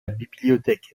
bibliothèque